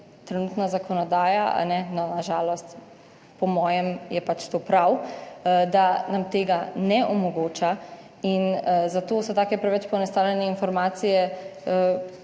trenutna zakonodaja, na žalost, po mojem je to prav, da nam tega ne omogoča in zato so take preveč poenostavljene informacije